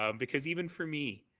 um because even for me,